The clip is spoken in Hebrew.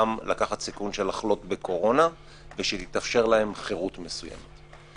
סיכון לחלות בקורונה ושתתאפשר להם חירות מסוימת.